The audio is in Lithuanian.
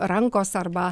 rankos arba